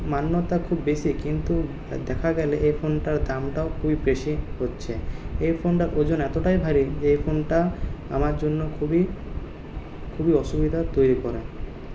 মান্যতা খুব বেশী কিন্তু দেখা গেলে এই ফোনটার দামটাও খুবই বেশী হচ্ছে এই ফোনটার ওজন এতটাই ভারী যে এই ফোনটা আমার জন্য খুবই খুবই অসুবিধা তৈরী করায়